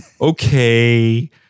Okay